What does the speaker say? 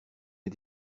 mes